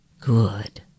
Good